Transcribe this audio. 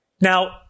Now